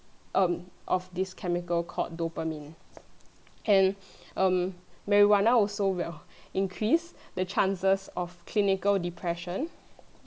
um of this chemical called dopamine and um marijuana also w~ increase the chances of clinical depression